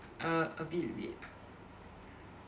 err a bit a bit